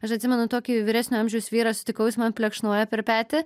aš atsimenu tokį vyresnio amžiaus vyrą sutikau jis man plekšnoja per petį